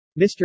Mr